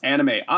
Anime